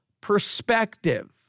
perspective